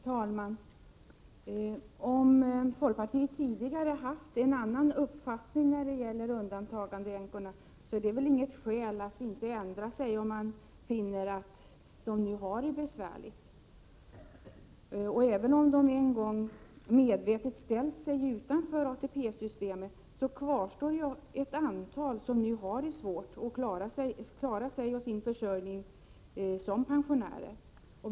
Herr talman! Om folkpartiet tidigare haft en annan uppfattning när det gäller undantagandeänkorna är det väl inget skäl att inte ändra sig, om man finner att de nu har det besvärligt. Även om de en gång medvetet ställde sig utanför ATP-systemet kvarstår ett antal som nu som pensionärer har det svårt att klara sin försörjning.